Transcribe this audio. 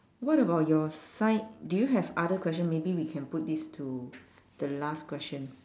what about your side do you have other question maybe we can put this to the last question